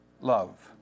love